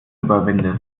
überwindest